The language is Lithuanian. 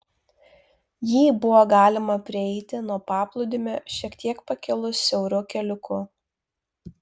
jį buvo galima prieiti nuo paplūdimio šiek tiek pakilus siauru keliuku